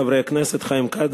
חברי הכנסת חיים כץ,